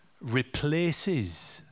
replaces